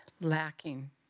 lacking